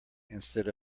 instead